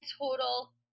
total